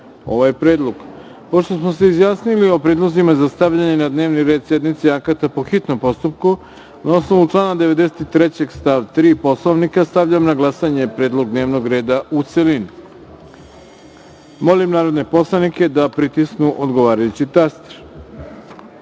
ovaj predlog. Pošto smo se izjasnili o predlozima za stavljanje na dnevni red sednice akata po hitnom postupku, na osnovu člana 93. stav 3. Poslovnika stavljam na glasanje predlog dnevnog reda, u celini. Molim narodne poslanike da pritisnu odgovarajući